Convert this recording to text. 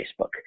Facebook